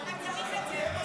אז למה צריך את זה?